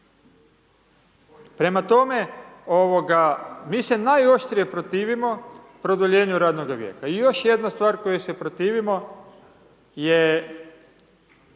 Prema tome, mi se najoštrije protivimo produljenju radnoga vijeka. I još jedna stvar koju se protivimo je